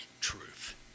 truth